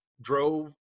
drove